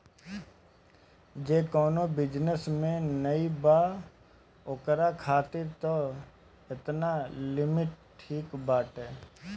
जे कवनो बिजनेस में नाइ बा ओकरा खातिर तअ एतना लिमिट ठीक बाटे